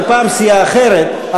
ופעם סיעה אחרת,